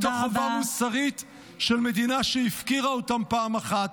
מתוך חובה מוסרית של מדינה שהפקירה אותם פעם אחת.